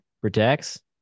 protects